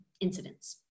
incidents